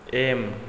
M